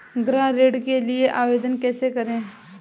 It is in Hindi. गृह ऋण के लिए आवेदन कैसे करें?